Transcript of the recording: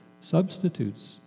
substitutes